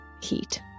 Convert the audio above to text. heat